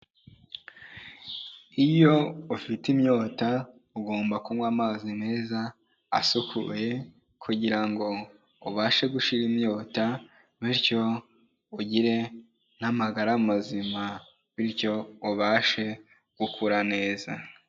Iyo ufite inyota ugomba kunywa amazi meza asukuye kugira ngo ubashe gushira inyota bityo ugire n'amagara mazima bityo ubashe gukura neza.